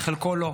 בחלקו לא.